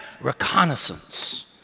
Reconnaissance